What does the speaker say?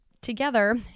Together